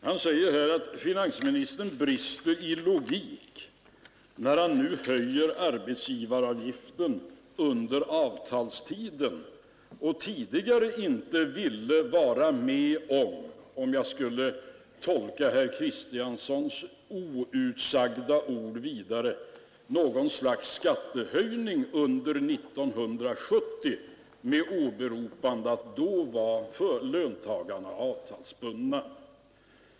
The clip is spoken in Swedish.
Han sade att finansministern brister i logik, när han nu höjer arbetsgivaravgiften under avtalstiden och tidigare inte ville vara med om =— för att nu tolka herr Kristianssons outsagda ord vidare — något slags skattehöjning under 1970 med åberopande av att då var löntagarna avtalsbundna.